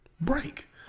Break